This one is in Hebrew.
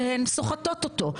שהן סוחטות אותו.